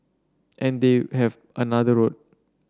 and they have another road